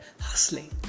hustling